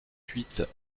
huit